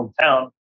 hometown